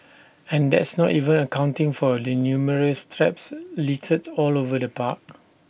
and that's not even accounting for the numerous traps littered all over the park